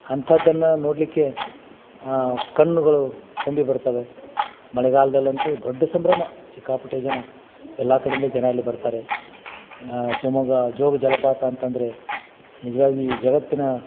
ಅಂಥದ್ದನ್ನ ನೋಡಲಿಕ್ಕೆ ಕಣ್ಣುಗಳು ತುಂಬಿ ಬರ್ತವೆ ಮಳೆಗಾಲದಲ್ಲಂತೂ ದೊಡ್ಡ ಸಂಭ್ರಮ ಸಿಕ್ಕಾಪಟ್ಟೆ ಜನ ಎಲ್ಲ ಕಡೆಯಿಂದ ಜನ ಅಲ್ಲಿ ಬರ್ತಾರೆ ಶಿವಮೊಗ್ಗ ಜೋಗ ಜಲಪಾತ ಅಂತಂದರೆ ನಿಜ್ವಾಗಿಯೂ ಈ ಜಗತ್ತಿನ